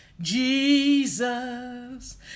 jesus